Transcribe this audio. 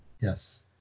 Yes